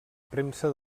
premsa